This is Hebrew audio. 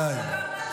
די.